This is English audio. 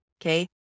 Okay